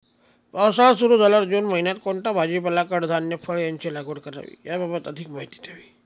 पावसाळा सुरु झाल्यावर जून महिन्यात कोणता भाजीपाला, कडधान्य, फळे यांची लागवड करावी याबाबत अधिक माहिती द्यावी?